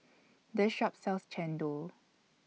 This Shop sells Chendol